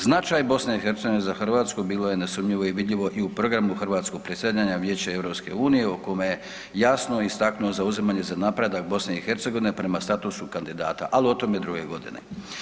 Značaj BiH za Hrvatsku bilo je nesumnjivo i vidljivo i u programu hrvatskog predsjedanja Vijećem EU u kome je jasno istaknuo zauzimanje za napredak BiH prema statusu kandidata, ali o tome druge godine.